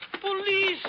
police